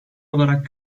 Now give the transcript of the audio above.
olarak